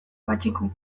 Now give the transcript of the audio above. patxiku